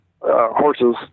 horses